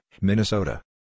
Minnesota